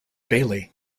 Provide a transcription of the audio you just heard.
bailey